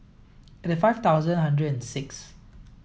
eighty five thousand hundred and six